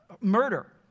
murder